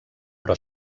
però